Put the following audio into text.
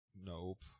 Nope